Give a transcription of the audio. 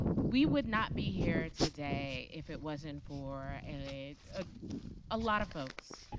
we would not be here today if it wasn't for a ah ah lot of folks.